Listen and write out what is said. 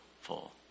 full